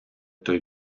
той